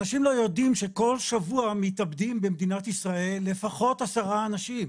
אנשים לא יודעים שכל שבוע מתאבדים במדינת ישראל לפחות 10 אנשים,